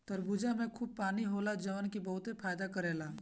तरबूजा में खूब पानी होला जवन की बहुते फायदा करेला